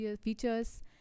features